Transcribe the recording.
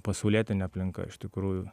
pasaulietine aplinka iš tikrųjų